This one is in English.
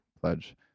pledge